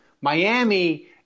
Miami